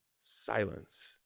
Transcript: silence